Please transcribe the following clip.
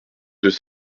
deux